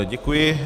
Děkuji.